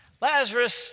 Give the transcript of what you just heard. Lazarus